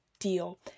deal